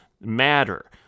matter